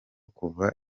kuva